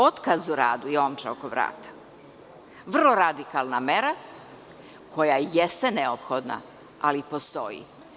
Otkaz o radu i omča oko vrata, vrlo radikalna mera koja jeste neophodna, ali postoji.